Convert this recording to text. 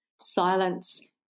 Silence